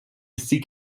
seek